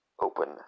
open